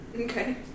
Okay